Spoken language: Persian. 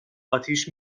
آتیش